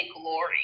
glory